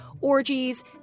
orgies